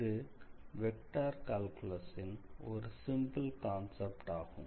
இது vector calculus ன் ஒரு சிம்பிள் கான்செப்ட் ஆகும்